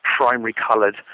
primary-coloured